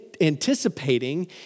anticipating